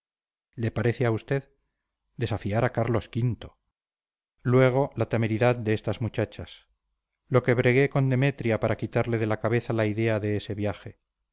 le parece a usted desafiar a carlos v luego la temeridad de estas muchachas lo que bregué con demetria para quitarle de la cabeza la idea de ese viaje